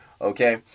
okay